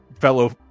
fellow